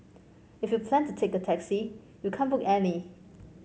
if you plan to take a taxi you can't book any